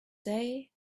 day